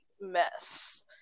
mess